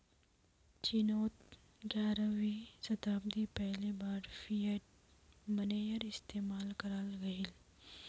चिनोत ग्यारहवीं शाताब्दित पहली बार फ़िएट मोनेय्र इस्तेमाल कराल गहिल